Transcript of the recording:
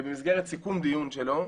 ובמסגרת סיכום דיון שלו,